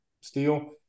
steel